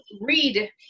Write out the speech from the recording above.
read